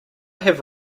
have